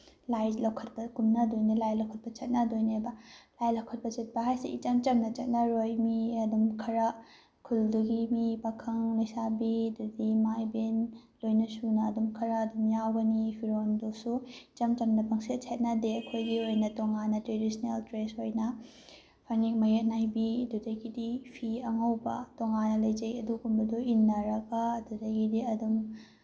ꯂꯥꯏꯁꯦ ꯂꯧꯈꯠꯄ ꯀꯨꯝꯅꯗꯣꯏꯅꯦ ꯂꯥꯏ ꯂꯧꯈꯠꯄ ꯆꯠꯅꯗꯣꯏꯅꯦꯕ ꯂꯥꯏ ꯂꯧꯈꯠꯄ ꯆꯠꯄ ꯍꯥꯏꯁꯦ ꯏꯆꯝ ꯆꯝꯅ ꯆꯠꯅꯔꯣꯏ ꯃꯤ ꯑꯗꯨꯝ ꯈꯔ ꯈꯨꯜꯗꯨꯒꯤ ꯃꯤ ꯄꯥꯈꯪ ꯂꯩꯁꯥꯕꯤ ꯑꯗꯒꯤ ꯏꯃꯥ ꯏꯕꯦꯟ ꯂꯣꯏꯅ ꯁꯨꯅ ꯑꯗꯨꯝ ꯈꯔ ꯑꯗꯨꯝ ꯌꯥꯎꯔꯅꯤ ꯐꯤꯔꯣꯜꯗꯨꯁꯨ ꯏꯆꯝ ꯆꯝꯅ ꯆꯪꯁꯦꯠ ꯁꯦꯠꯅꯗꯦ ꯑꯩꯈꯣꯏꯒꯤ ꯑꯣꯏꯅ ꯇꯣꯉꯥꯟꯅ ꯇ꯭ꯔꯦꯗꯤꯁꯅꯦꯜ ꯗ꯭ꯔꯦꯁ ꯑꯣꯏꯅ ꯐꯅꯦꯛ ꯃꯌꯦꯛ ꯅꯥꯏꯕꯤ ꯑꯗꯨꯗꯒꯤꯗꯤ ꯐꯤ ꯑꯉꯧꯕ ꯇꯣꯉꯥꯟꯅ ꯂꯩꯩꯖꯩ ꯑꯗꯨꯒꯨꯝꯕꯗꯣ ꯏꯟꯅꯔꯒ ꯑꯗꯨꯗꯒꯤꯗꯤ ꯑꯗꯨꯝ